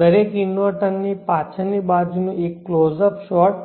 દરેક ઇન્વર્ટરની પાછળનો એક ક્લોઝ અપ શોટ